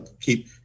keep